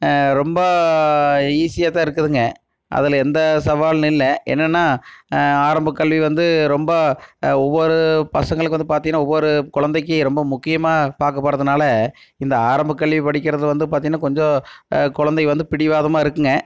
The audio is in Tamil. ரொம்ப ஈஸியாக தான் இருக்குதுங்கள் அதில் எந்த சவாலும் இல்லை என்னென்னா ஆரம்பக் கல்வி வந்து ரொம்ப ஒவ்வொரு பசங்களுக்கும் வந்து பார்த்தீனா ஒவ்வொரு குழைந்தைக்கு ரொம்ப முக்கியமாக பார்க்கப் போகிறதுனால் இந்த ஆரம்பக் கல்வி படிக்கிறதில் வந்து பார்த்தீனா கொஞ்சம் குழந்தை வந்து பிடிவாதமாக இருக்குங்க